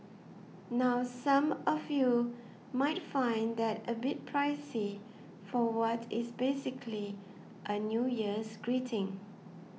now some of you might find that a bit pricey for what is basically a New Year's greeting